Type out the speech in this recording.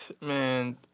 Man